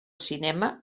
cinema